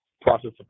process